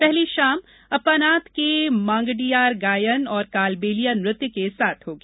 पहली शाम अप्पानाथ के मांगडियार गायन और कालबेलिया नृत्य के साथ होगी